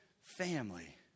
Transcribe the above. family